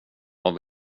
vad